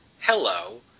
hello